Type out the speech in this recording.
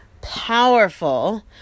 powerful